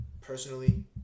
personally